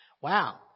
Wow